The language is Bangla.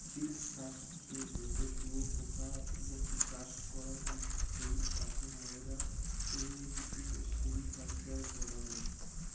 সিল্ক চাষ হসে যেটো শুয়োপোকা চাষ করাং হই তাকে মাইরা ইংরেজিতে সেরিকালচার বলাঙ্গ